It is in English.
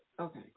okay